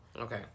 Okay